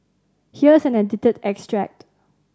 here is an edited extract